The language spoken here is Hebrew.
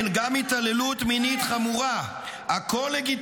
עוכר ישראל.